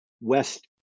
West